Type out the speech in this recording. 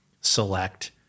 select